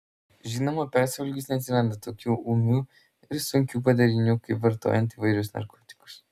žinoma persivalgius neatsiranda tokių ūmių ir sunkių padarinių kaip vartojant įvairius narkotikus